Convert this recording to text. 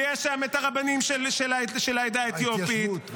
ויש שם את הרבנים של העדה האתיופית -- ההתיישבות.